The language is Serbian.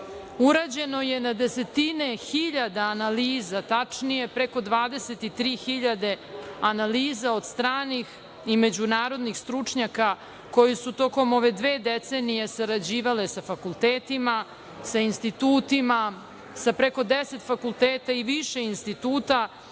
urađeno je na desetine hiljada analiza, tačnije preko 23.000 analiza od stranih i međunarodnih stručnjaka koji su tokom ove decenije sarađivali sa fakultetima, sa institutima, sa preko deset fakulteta i više instituta